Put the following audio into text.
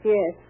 Yes